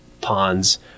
ponds